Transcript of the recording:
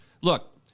Look